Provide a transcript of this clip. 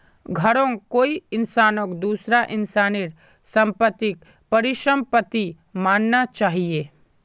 घरौंक कोई इंसानक दूसरा इंसानेर सम्पत्तिक परिसम्पत्ति मानना चाहिये